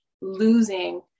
losing